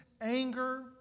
anger